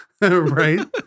Right